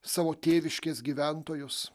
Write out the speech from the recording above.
savo tėviškės gyventojus